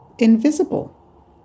Invisible